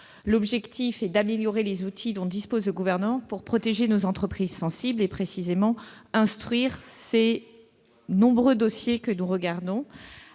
l'objectif étant d'améliorer les outils dont dispose le Gouvernement pour protéger nos entreprises sensibles et précisément instruire ces nombreux dossiers. À cette